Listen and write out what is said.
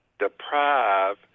deprive